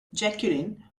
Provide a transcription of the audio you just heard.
jacqueline